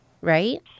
right